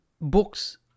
books